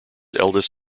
eldest